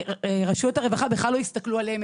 שרשויות הרווחה בכלל לא הסתכלו עליהם,